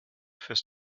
fürs